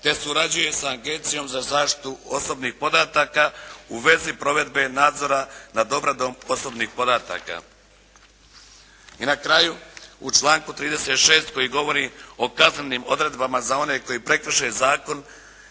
te surađuje sa agencijom za zaštitu osobnih podataka u vezi provedbe nadzora nad obradom osobnih podataka." I na kraju u članku 36. koji govori o kaznenim odredbama za one koji prekrše zakon